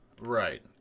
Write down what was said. Right